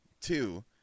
Two